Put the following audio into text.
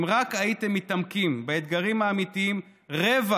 אם רק הייתם מתעמקים באתגרים האמיתיים רבע